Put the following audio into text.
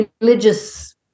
religious